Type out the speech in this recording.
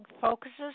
focuses